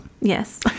Yes